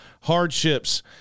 hardships